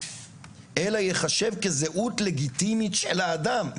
אלא ייחשב כזהות לגיטימית של האדם.